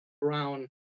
brown